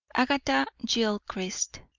agatha gilchrist.